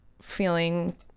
feeling